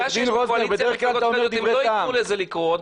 בגלל שיש פה קואליציה --- הם לא ייתנו לזה לקרות.